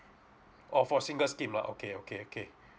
oh for single scheme lah okay okay okay